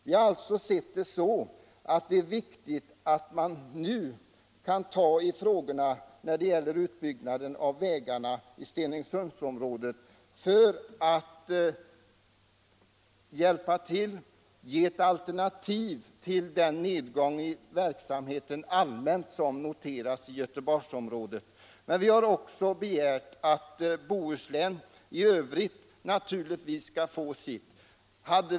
Vi har alltså sett det så, att det är viktigt att man nu kan ta upp frågorna om utbyggnaden av vägarna i Stenungsundsområdet för att ge ett alternativ till den allmänna nedgången i verksamheten som kan noteras i Göteborgsområdet. Men vi har naturligtvis också begärt att Bohuslän i övrigt skall få sitt.